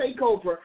takeover